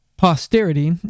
posterity